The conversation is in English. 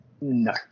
no